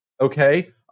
okay